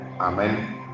amen